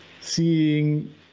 seeing